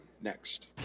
next